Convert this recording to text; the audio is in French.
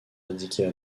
indiquées